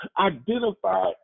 identify